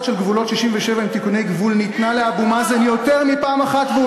של גבולות 67' עם תיקוני גבול ניתנה לאבו מאזן יותר מפעם אחת,